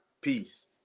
Peace